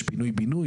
יש פינוי בינוי,